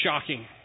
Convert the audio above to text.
shocking